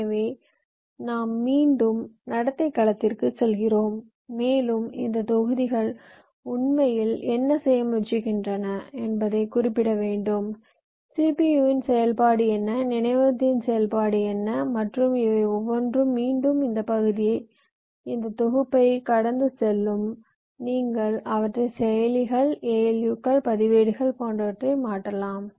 எனவே நாம் மீண்டும் நடத்தை களத்திற்குச் செல்கிறோம் மேலும் இந்தத் தொகுதிகள் உண்மையில் என்ன செய்ய முயற்சிக்கின்றன என்பதைக் குறிப்பிட வேண்டும் CPU இன் செயல்பாடு என்ன நினைவகத்தின் செயல்பாடு என்ன மற்றும் இவை ஒவ்வொன்றும் மீண்டும் இந்த பகுதியை இந்த தொகுப்பைக் கடந்து செல்லும் நீங்கள் அவற்றை செயலிகள் ALU கள் பதிவேடுகள் போன்றவற்றில் மாற்றலாம்